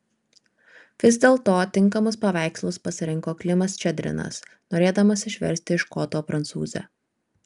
vis dėlto tinkamus paveikslus pasirinko klimas ščedrinas norėdamas išversti iš koto prancūzę